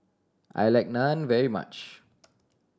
I like Naan very much